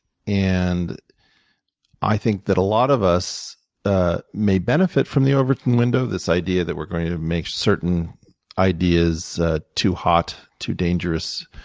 and i think that a lot of us ah may benefit from the overton window, this idea that we're going to make certain ideas ah too hot, too dangerous